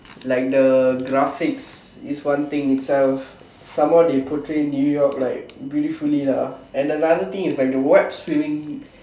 like the graphics is one thing itself some more they portray New-York beautifully lah and another thing is the what swinging